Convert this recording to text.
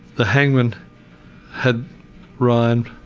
the hangman had ryan,